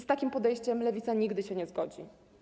Z takim podejściem Lewica nigdy się nie zgodzi.